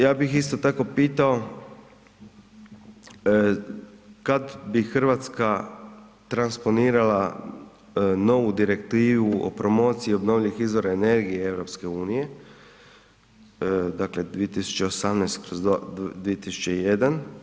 Ja bih isto tako pitao, kada bi Hrvatska transponirala novu Direktivu o promociji obnovljivih izvora energije EU, dakle 2018/2001?